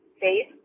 face